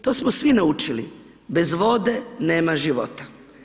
To smo svi naučili, bez vode nema života.